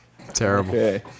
Terrible